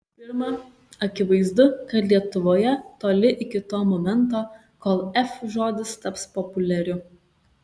pirma akivaizdu kad lietuvoje toli iki to momento kol f žodis taps populiariu